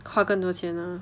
花更多钱 ah